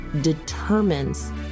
determines